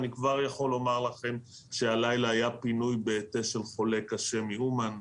אני כבר יכול לומר לכם שהלילה היה פינוי של חולה קשה מאומן,